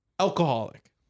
alcoholic